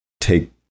take